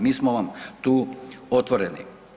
Mi smo vam tu otvoreni.